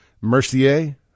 Mercier